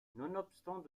nonobstant